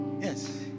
yes